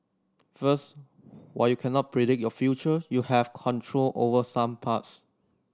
first while you cannot predict your future you have control over some parts